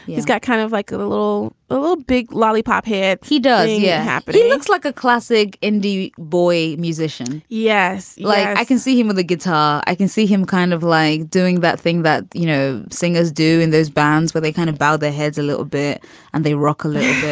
he's got kind of like a little a little big lollipop here. he does yeah happen he looks like a classic indy boy musician. yes. like i can see him with the guitar. i can see him kind of like doing that thing that, you know, singers do in those bands where they kind of bowed their heads a little bit and they rock a little bit.